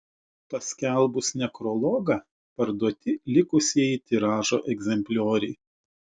paskelbus nekrologą parduoti likusieji tiražo egzemplioriai